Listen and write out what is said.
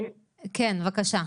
כן, בבקשה.